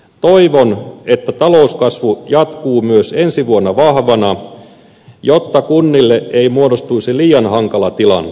toivon että talouskasvu jatkuu myös ensi vuonna vahvana jotta kunnille ei muodostuisi liian hankala tilanne